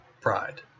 pride